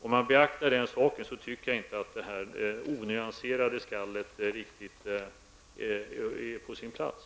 Om man beaktar den saken tycker jag inte att detta onyanserade skall är på sin plats.